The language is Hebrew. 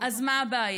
אז מה הבעיה?